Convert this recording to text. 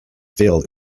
failed